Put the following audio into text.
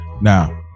Now